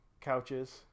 couches